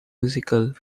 musical